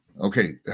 Okay